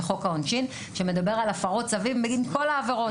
לחוק העונשין שמדבר על הפרות צווים בגין כל העבירות.